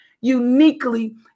uniquely